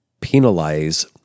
penalize